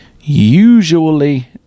usually